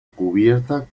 cubierta